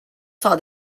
saw